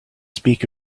speak